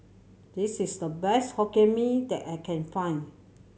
this is the best Hokkien Mee that I can find